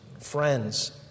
friends